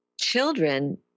children